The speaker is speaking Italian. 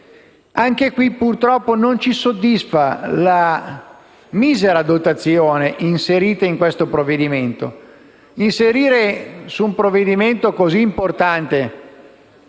proposito, purtroppo, non ci soddisfa la misera dotazione prevista da questo provvedimento: inserire in un provvedimento così importante